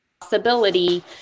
possibility